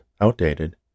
outdated